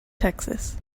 texas